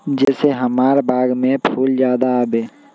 जे से हमार बाग में फुल ज्यादा आवे?